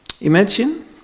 Imagine